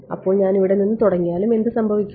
അപ്പോൾ ഞാൻ ഇവിടെ നിന്ന് തുടങ്ങിയാലും എന്ത് സംഭവിക്കും